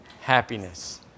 happiness